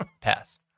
Pass